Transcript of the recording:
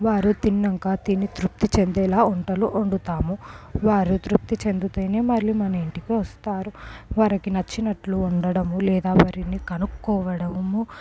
వారు తిన్నాక తిని తృప్తి చెందేలా వంటలు వండుతాము వారు తృప్తి చెందితేనే మళ్ళీ మన ఇంటికి వస్తారు వారికి నచ్చినట్లు ఉండటము లేదా వారికి కనుక్కోవడము